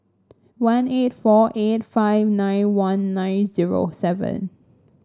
one eight four eight five nine one nine zero seven